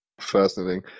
Fascinating